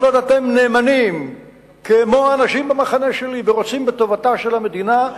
כל עוד אתם נאמנים כמו אנשים במחנה שלי ורוצים בטובתה של המדינה,